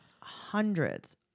hundreds